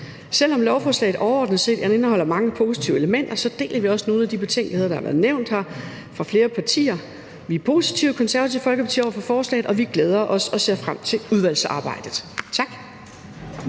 Selv om lovforslaget overordnet set indeholder mange positive elementer, deler vi også nogle af de betænkeligheder, der har været nævnt her fra flere partiers side. Vi er positive i Konservative Folkeparti over for forslaget, og vi glæder os og ser frem til udvalgsarbejdet. Tak.